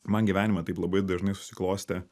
man gyvenime taip labai dažnai susiklostė